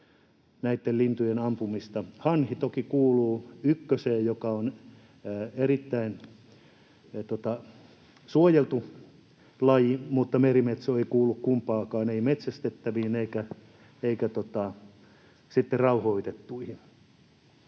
näitten lintujen ampumista. Hanhi toki kuuluu ykköseen, joka on erittäin suojeltu laji, mutta merimetso ei kuulu kumpaankaan, ei metsästettäviin eikä sitten rauhoitettuihin.